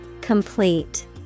Complete